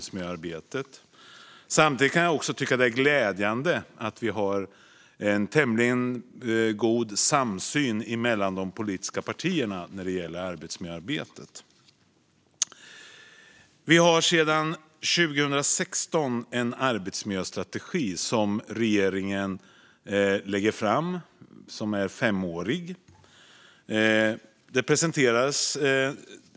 Samtidigt är det glädjande att vi har en tämligen god samsyn de politiska partierna emellan beträffande arbetsmiljöarbetet. Sedan 2016 har vi en arbetsmiljöstrategi, och regeringen lägger var femte år fram sin inriktning.